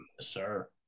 sir